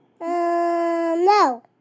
no